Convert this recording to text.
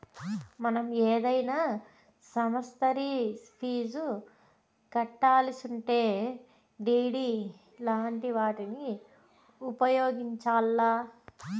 మనం ఏదైనా సమస్తరి ఫీజు కట్టాలిసుంటే డిడి లాంటి వాటిని ఉపయోగించాల్ల